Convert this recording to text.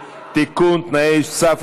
(תיקון, התרת נישואים אזרחיים),